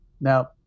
Now